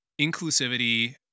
inclusivity